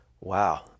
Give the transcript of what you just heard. Wow